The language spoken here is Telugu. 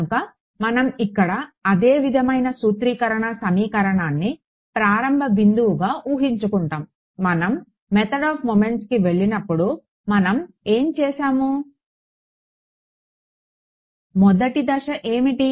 కనుక మనం ఇక్కడ అదే విధమైన సూత్రీకరణ సమీకరణాన్ని ప్రారంభ బిందువుగా ఊహించుకుంటాము మనం మెథడ్ ఆఫ్ మొమెంట్స్ కి వెళ్ళినప్పుడు మనం ఏమి చేసాము మొదటి దశ ఏమిటి